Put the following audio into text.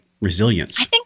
Resilience